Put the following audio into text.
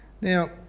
Now